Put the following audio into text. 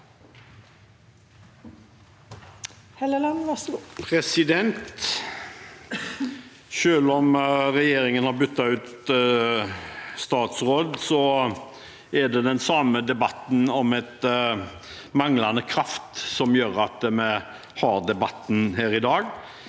Selv om regjering- en har byttet statsråd, er det den samme debatten om manglende kraft som gjør at vi har debatten her i dag.